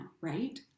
right